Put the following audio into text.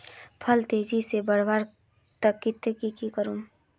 फल तेजी से बढ़वार केते की की करूम?